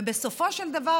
ובסופו של דבר,